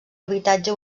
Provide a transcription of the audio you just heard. habitatge